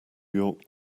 york